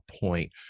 point